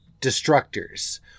destructors